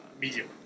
medium